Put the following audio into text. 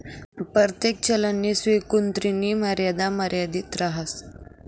परतेक चलननी स्वीकृतीनी मर्यादा मर्यादित रहास